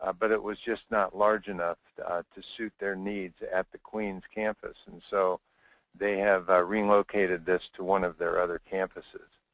ah but it was just not large enough to suit their needs at the queens campus. and so they have relocated this to one of their other campuses.